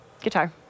guitar